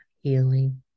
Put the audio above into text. healing